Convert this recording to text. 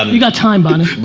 um you got time bonin. but